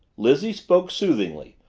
lizzie spoke soothingly,